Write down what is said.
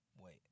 Wait